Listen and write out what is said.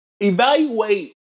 evaluate